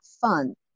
fun